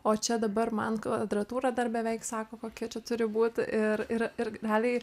o čia dabar man kvadratūrą dar beveik sako kokia čia turi būt ir ir ir realiai